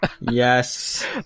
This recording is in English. Yes